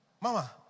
Mama